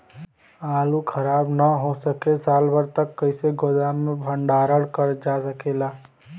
आलू खराब न हो सके साल भर तक कइसे गोदाम मे भण्डारण कर जा सकेला?